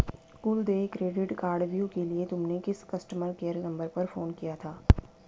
कुल देय क्रेडिट कार्डव्यू के लिए तुमने किस कस्टमर केयर नंबर पर फोन किया था?